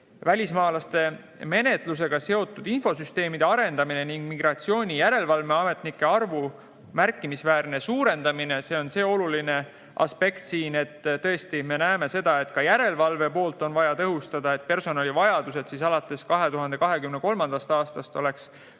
Välismaalaste menetlusega seotud infosüsteemide arendamine ning migratsioonijärelevalve ametnike arvu märkimisväärne suurendamine – see on oluline aspekt, me tõesti näeme, et ka järelevalve poolt on vaja tõhustada. Personalivajadused alates 2023. aastast oleks